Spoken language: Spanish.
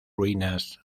ruinas